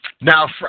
Now